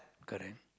correct